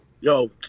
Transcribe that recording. Yo